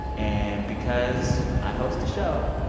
and because i host a show,